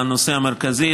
לנושא המרכזי,